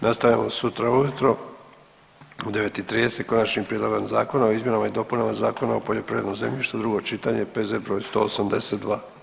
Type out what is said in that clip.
Nastavljamo sutra ujutro u 9,30 s Konačnim prijedlogom Zakona o izmjenama i dopunama Zakona o poljoprivrednom zemljištu, drugo čitanje, P.Z. br. 182.